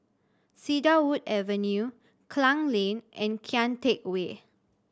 Cedarwood Avenue Klang Lane and Kian Teck Way